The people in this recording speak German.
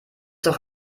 doch